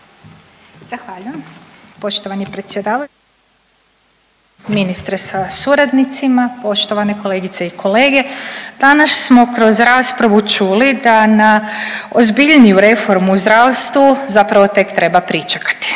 Zahvaljujem. Poštovani predsjedavatelju, ministre sa suradnicima, poštovane kolegice i kolege danas smo kroz raspravu čuli da na ozbiljniju reformu u zdravstvu zapravo tek treba pričekati.